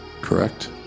correct